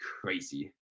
crazy